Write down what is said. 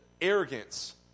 arrogance